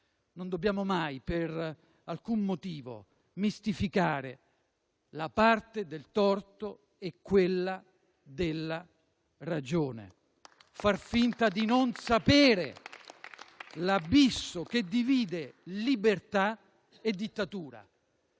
non dobbiamo mai, per alcun motivo, mistificare la parte del torto e quella della ragione, fare finta di non sapere l'abisso che divide libertà e dittatura.